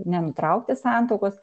nenutraukti santuokos